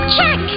Check